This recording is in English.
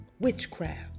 Witchcraft